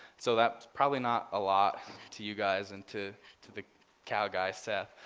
so that's probably not a lot to you guys and to to the cow guy seth.